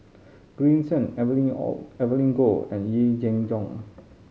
Green Zeng Evelyn O Evelyn Goh and Yee Jenn Jong